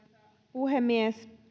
puhemies